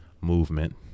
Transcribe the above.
movement